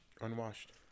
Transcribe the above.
Unwashed